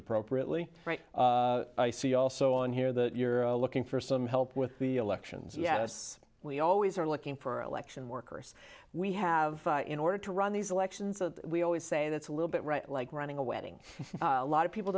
appropriately write i see also on here that you're looking for some help with the elections yes we always are looking for election workers we have in order to run these elections that we always say that's a little bit right like running a wedding a lot of people